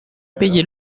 payez